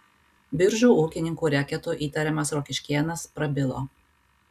biržų ūkininkų reketu įtariamas rokiškėnas prabilo